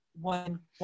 one